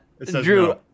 Drew